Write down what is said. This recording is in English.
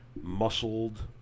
muscled